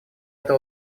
эта